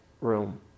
room